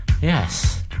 yes